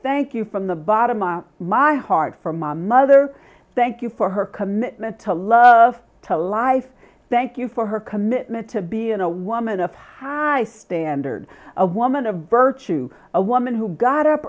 thank you from the bottom of my heart for my mother thank you for her commitment to love to life thank you for her commitment to be in a woman of have my standard a woman of virtue a woman who got up